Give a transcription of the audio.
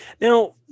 Now